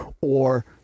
or-